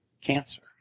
cancer